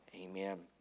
Amen